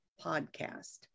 podcast